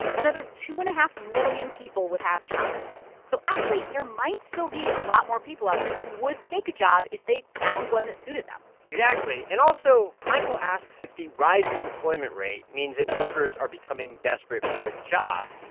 another two and point five million people would have jobs. so actually, there might still be a lot more people out there who would take a job if they found one that suited them exactly. and also, michael asks if the rising employment rate means that workers are becoming desperate for a job.